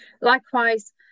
Likewise